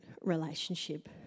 relationship